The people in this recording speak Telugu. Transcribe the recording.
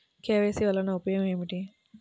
కే.వై.సి వలన ఉపయోగం ఏమిటీ?